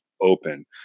open